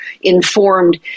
informed